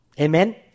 Amen